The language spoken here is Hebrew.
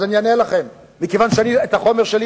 אני אענה לכם מכיוון שאני את החומר שלי,